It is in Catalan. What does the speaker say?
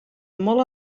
molt